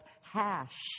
Hash